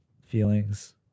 feelings